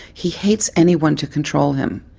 he hates anyone to control him,